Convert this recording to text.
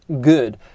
good